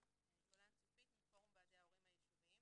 מפורום ועדי ההורים היישוביים